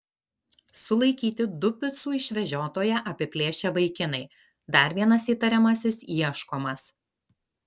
sulaikyti du picų išvežiotoją apiplėšę vaikinai dar vienas įtariamasis ieškomas